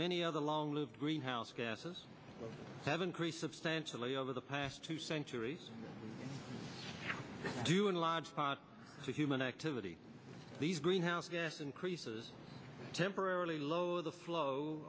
many other long lived greenhouse gases have increased substantially over the past two centuries due in large part to human activity these greenhouse increases temporarily lower the flow